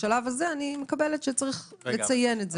בשלב הזה יש לציין את זה.